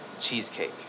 cheesecake